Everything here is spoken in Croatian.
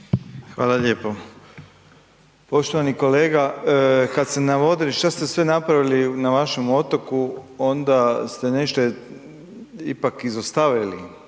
Hvala lijepo. Poštovani kolega, kad ste navodili šta ste sve napravili na vašem otoku onda ste nešto ipak izostavili